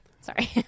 Sorry